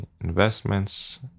investments